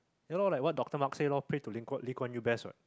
yeah lor like what doctor Mark say loh pray to lee kuan Lee Kuan Yew best what